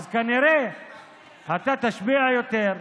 כנראה אתה תשפיע יותר,